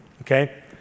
okay